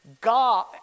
God